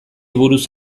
buruz